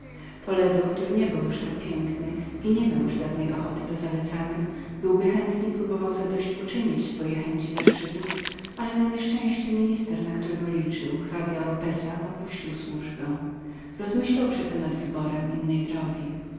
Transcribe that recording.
toledo który nie był już tak pięknym i nie miał już dawnej ochoty do zalecanek byłby chętnie odwrócił się do zadość uczynienia swojej chęci zaszczytów ale na nieszczęście minister książe oropessa na którego liczył opuścił służbę rozmyślał przeto nad wyborem innej drogi